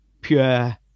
pure